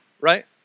right